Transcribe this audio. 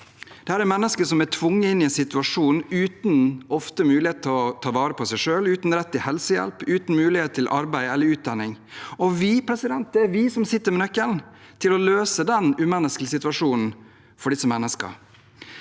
Dette er mennesker som er tvunget inn i en situasjon, ofte uten mulighet til å ta vare på seg selv, uten rett til helsehjelp, uten mulighet til arbeid eller utdanning. Det er vi som sitter med nøkkelen til å løse den umenneskelige situasjonen for disse menneskene.